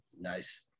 Nice